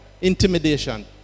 Intimidation